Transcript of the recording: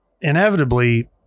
inevitably